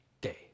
day